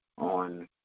on